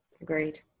Agreed